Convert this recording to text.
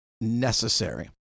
necessary